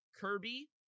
Kirby